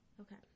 Okay